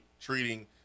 treating